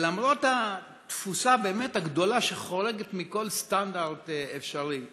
למרות התפוסה הגדולה, שחורגת מכל סטנדרט אפשרי,